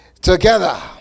Together